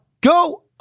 Go